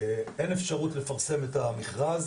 אין אפשרות לפרסם את המכרז